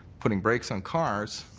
putting brakes on cars,